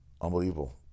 Unbelievable